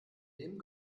dem